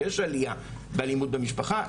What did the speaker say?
ויש עלייה באלימות במשפחה,